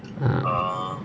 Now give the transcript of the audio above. ah